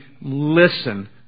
listen